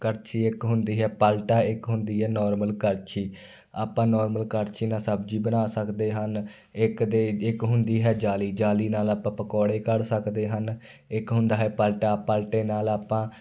ਕੜਛੀ ਇੱਕ ਹੁੰਦੀ ਹੈ ਪਲਟਾ ਇੱਕ ਹੁੰਦੀ ਹੈ ਨੋਰਮਲ ਕੜਛੀ ਆਪਾਂ ਨੋਰਮਲ ਕੜਛੀ ਨਾਲ ਸਬਜ਼ੀ ਬਣਾ ਸਕਦੇ ਹਨ ਇੱਕ ਦੇ ਇੱਕ ਹੁੰਦੀ ਹੈ ਜਾਲੀ ਜਾਲੀ ਨਾਲ ਆਪਾਂ ਪਕੌੜੇ ਕੱਢ ਸਕਦੇ ਹਨ ਇੱਕ ਹੁੰਦਾ ਹੈ ਪਲਟਾ ਪਲਟੇ ਨਾਲ ਆਪਾਂ